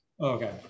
okay